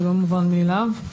זה לא מובן מאליו.